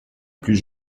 plus